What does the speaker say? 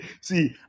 see